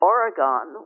Oregon